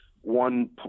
one